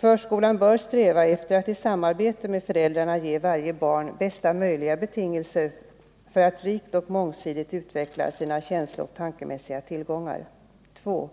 Förskolan bör sträva efter att i samarbete med föräldrarna ge varje barn bästa möjliga betingelser för att rikt och mångsidigt utveckla sina känslooch tankemässiga tillgångar. 2.